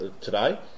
today